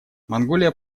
монголия